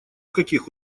каких